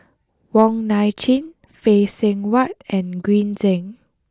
Wong Nai Chin Phay Seng Whatt and Green Zeng